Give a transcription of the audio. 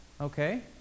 Okay